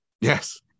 Yes